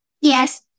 Yes